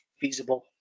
feasible